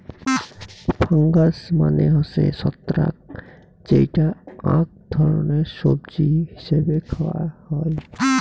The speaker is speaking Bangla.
ফাঙ্গাস মানে হসে ছত্রাক যেইটা আক ধরণের সবজি হিছেবে খায়া হই